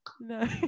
No